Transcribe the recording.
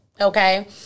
Okay